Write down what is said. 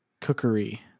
cookery